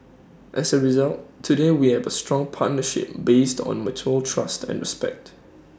as A result today we have A strong partnership based on mutual trust and respect